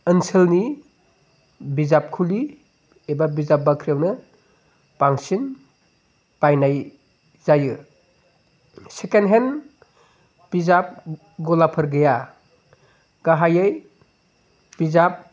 ओनसोलनि बिजाबखुलि एबा बिजाब बाख्रियावनो बांसिन बायनाय जायो सेकेण्डहेण्ड बिजाब गलाफोर गैया गाहायै बिजाब